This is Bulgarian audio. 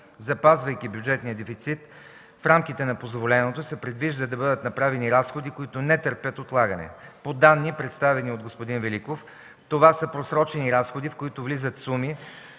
Запазвайки бюджетния дефицит в рамките на позволеното се предвижда да бъдат направени разходи, които не търпят отлагане. По данни, представени от господин Великов, това са просрочени разходи, в които влизат суми,